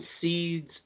seeds